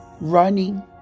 running